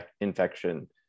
infection